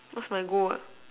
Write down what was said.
that's my goal what